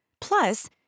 Plus